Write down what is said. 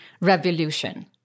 revolution